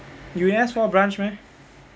you S four branch meh